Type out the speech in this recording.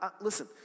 Listen